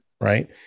right